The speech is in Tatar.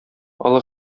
олы